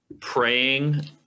praying